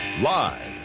Live